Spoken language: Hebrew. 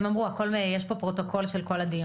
הם אמרו יש פה פרוטוקול של כל הדיון.